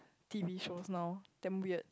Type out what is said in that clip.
T_V shows now damn weird